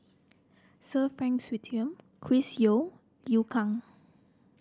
Sir Frank Swettenham Chris Yeo Liu Kang